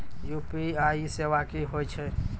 UPI सेवा की होय छै?